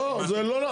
לא, זה לא.